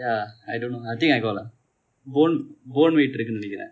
ya I don't know I think I got like bone bone weight இருக்குனு நினைக்கிறேன்:irukkunu ninaikiren